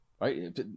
right